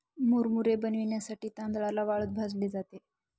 मुरमुरे बनविण्यासाठी तांदळाला वाळूत भाजले जाते